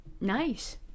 nice